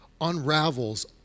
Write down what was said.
unravels